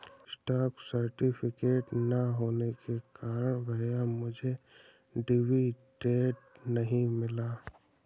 stock certificate ना होने के कारण भैया मुझे डिविडेंड नहीं मिला